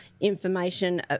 information